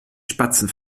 spatzen